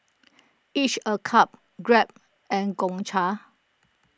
Each A Cup Grab and Gongcha